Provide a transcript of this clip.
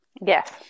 Yes